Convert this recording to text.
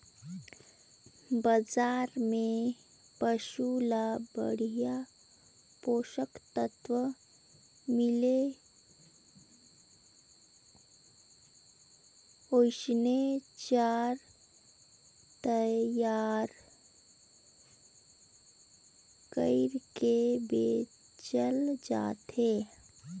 बजार में पसु ल बड़िहा पोषक तत्व मिले ओइसने चारा तईयार कइर के बेचल जाथे